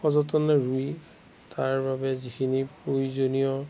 সযতনে ৰুই তাৰ বাবে যিখিনি প্ৰয়োজনীয়